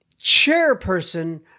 chairperson